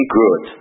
good